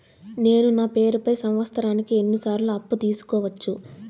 నేను నా పేరుపై సంవత్సరానికి ఎన్ని సార్లు అప్పు తీసుకోవచ్చు?